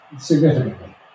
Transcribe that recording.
significantly